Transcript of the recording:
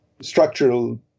structural